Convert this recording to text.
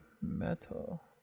Metal